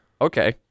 Okay